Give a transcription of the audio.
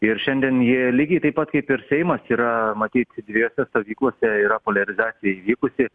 ir šiandien jie lygiai taip pat kaip ir seimas yra matyt dviejose stovyklose yra poliarizacija įvykusi